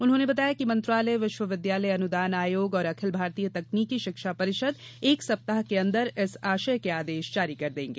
उन्होंने बताया कि मंत्रालय विश्व विद्यालय अनुदान आयोग और अखिल भारतीय तकनीकी शिक्षा परिषद एक सप्ताह के अंदर इस आशय के आदेश जारी कर देंगे